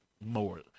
more